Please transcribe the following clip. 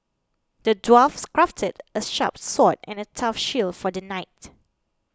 the dwarfs crafted a sharp sword and a tough shield for the knight